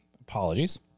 Apologies